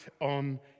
on